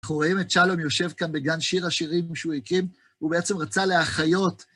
אנחנו רואים את שלום יושב כאן בגן שיר השירים שהוא הקים, הוא בעצם רצה להחיות